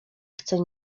chcę